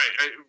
right